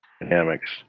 dynamics